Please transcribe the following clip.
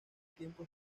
tiempo